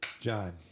John